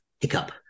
Hiccup